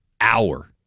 hour